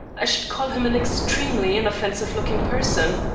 i should call him an extremely inoffensive-looking person.